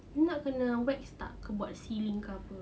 nak kena wax tak atau sealing ke apa